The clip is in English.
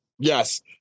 yes